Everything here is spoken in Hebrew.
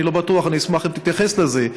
אני לא בטוח, אני אשמח אם תתייחס לזה.